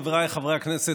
חבריי חברי הכנסת,